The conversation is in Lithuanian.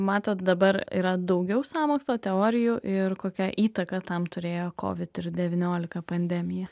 matot dabar yra daugiau sąmokslo teorijų ir kokią įtaką tam turėjo covid devyniolika pandemija